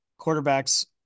quarterbacks